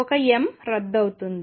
ఒక m రద్దు అవుతుంది